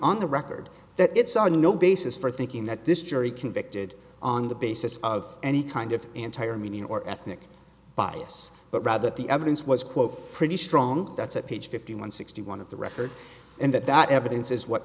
on the record that it's a no basis for thinking that this jury convicted on the basis of any kind of entire meaning or ethnic bias but rather that the evidence was quote pretty strong that's at page fifty one sixty one of the record and that that evidence is what